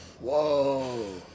Whoa